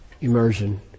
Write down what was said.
immersion